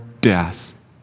death